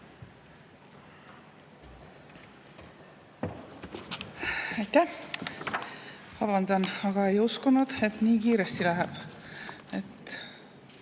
Aitäh! Vabandan, ei uskunud, et nii kiiresti läheb